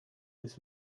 this